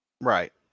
Right